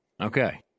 Okay